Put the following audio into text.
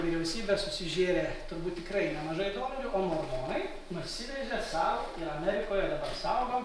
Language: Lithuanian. vyriausybė susižėrė turbūt tikrai nemažai dolerių o mormonai nusivežė sau ir amerikoje dabar saugo